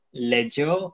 ledger